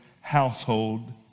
household